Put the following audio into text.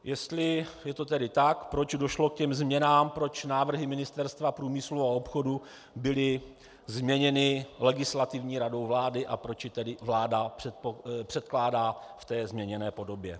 Jestli je to tedy tak, proč došlo ke změnám, proč návrhy Ministerstva průmyslu a obchodu byly změněny Legislativní radou vlády a proč je tedy vláda předkládá ve změněné podobě?